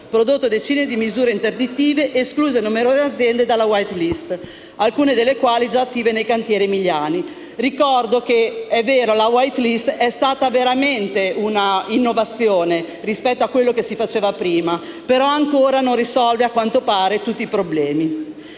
prodotto decine di misure interdittive, escluso numerose aziende dalla *white list*, alcune delle quali già attive nei cantieri emiliani. Ricordo che seppure è vero che la *white list* è stata veramente un'innovazione rispetto a quello che si faceva prima, ancora non risolve, a quanto pare, tutti i problemi.